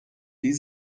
die